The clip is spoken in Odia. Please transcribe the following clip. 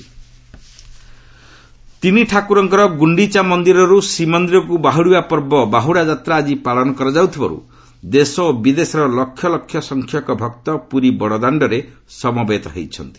ବାହୁଡ଼ା ଯାତ୍ରା ତିନି ଠାକୁରଙ୍କର ଗୁଣ୍ଡିଚା ମନ୍ଦିରରୁ ଶ୍ରୀମନ୍ଦିରକୁ ବାହୁଡ଼ିବା ପର୍ବ ବାହୁଡ଼ା ଯାତ୍ରା ଆଜି ପାଳନ କରାଯାଉଥିବାରୁ ଦେଶ ଓ ବିଦେଶର ଲକ୍ଷ ଲକ୍ଷ ସଂଖ୍ୟକ ଭକ୍ତ ପୁରୀ ବଡ଼ ଦାଣ୍ଡରେ ସମବେତ ହୋଇଛନ୍ତି